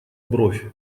бровь